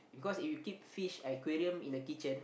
because if you keep fish aquarium in the kitchen